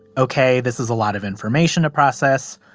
ok, this is a lot of information to process.